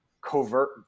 covert